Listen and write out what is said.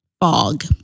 Fog